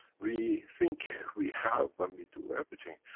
we think we have and we do everything,